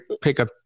pickup